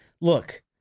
Look